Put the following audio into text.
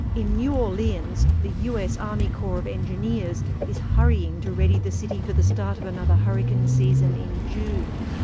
in new orleans, the us army corps of engineers is hurrying to ready the city for the start of another hurricane season in june.